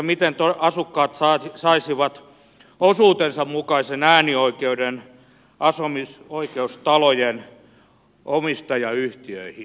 miten asukkaat saisivat osuutensa mukaisen äänioikeuden asumisoikeustalojen omistajayhtiöihin